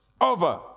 over